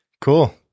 Cool